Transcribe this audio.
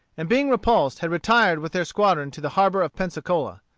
and being repulsed, had retired with their squadron to the harbor of pensacola.